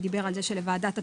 שדיבר על כך שלוועדת הכספים,